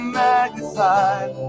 magnified